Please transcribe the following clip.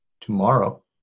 tomorrow